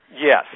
Yes